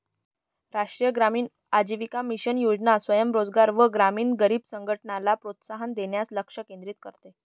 राष्ट्रीय ग्रामीण आजीविका मिशन योजना स्वयं रोजगार व ग्रामीण गरीब संघटनला प्रोत्साहन देण्यास लक्ष केंद्रित करते